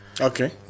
Okay